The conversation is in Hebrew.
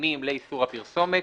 המצומצמים לאיסור הפרסומת,